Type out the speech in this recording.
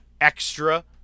extra